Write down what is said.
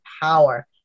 power